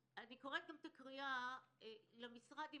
אני קוראת גם את הקריאה למשרד ולרשויות.